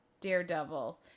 Daredevil